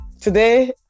today